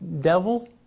devil